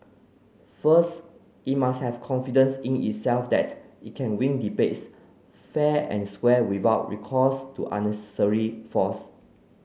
first it must have confidence in itself that it can win debates fair and square without recourse to unnecessary force